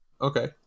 okay